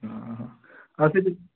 ହଁ ଆଉ ସେଠି